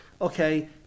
okay